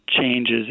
changes